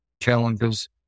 challenges